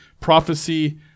prophecy